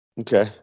okay